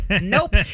nope